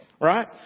Right